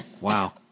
Wow